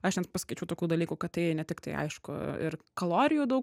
aš net paskaičiau tokių dalykų kad tai ne tik tai aišku ir kalorijų daug